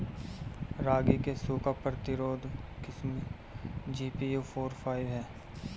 रागी क सूखा प्रतिरोधी किस्म जी.पी.यू फोर फाइव ह?